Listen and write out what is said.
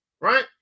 right